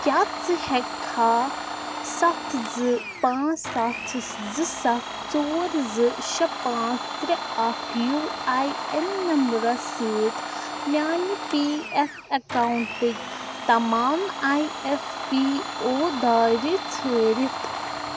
کیٛاہ ژٕ ہیٚکھا ستھ زٕ پانٛژھ ستھ زٕ ستھ ژور زٕ شےٚ پانٛژھ ترٛےٚ اکھ یوٗ آی این نمبرس سۭتۍ میانہِ پی ایف اکاؤنٹٕکۍ تمام آی ایف پی او دارِ ژھٲنڈِتھ